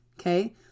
Okay